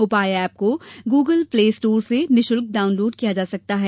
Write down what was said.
उपाय एप को Google Play Store से निःशुल्क डाउन लोड किया जा सकता है